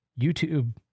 YouTube